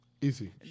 easy